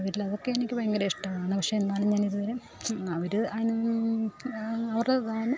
അവരിലതൊക്കെ എനിക്ക് ഭയങ്കര ഇഷ്ടമാണ് പക്ഷേ എന്നാലും ഞാനിതുവരെ അവർ അവരിന്റെ